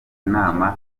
inama